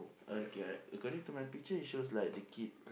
okay alright according to my picture it shows like the kid